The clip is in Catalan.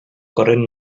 corrent